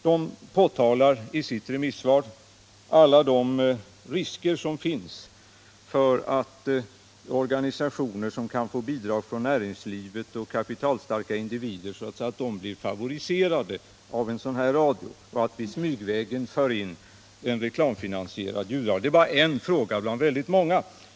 KF påtalar i sitt remissvar alla de risker som finns för att organisationer kan få bidrag från näringslivet och att kapitalstarka individer blir favoriserade av en sådan radio och riskerna för att vi därigenom smygvägen för in en reklamfinansierad ljudradio. Det är bara en fråga bland många.